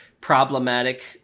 problematic